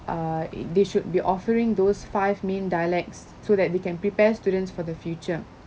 uh e~ they should be offering those five main dialects so that they can prepare students for the future